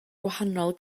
gwahanol